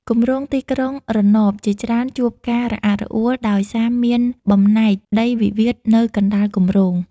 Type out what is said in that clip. គម្រោងទីក្រុងរណបជាច្រើនជួបការរអាក់រអួល ដោយសារមានបំណែកដីវិវាទនៅកណ្ដាលគម្រោង។